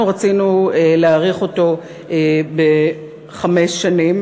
אנחנו רצינו להאריך אותו בחמש שנים,